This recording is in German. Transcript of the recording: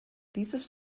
dieses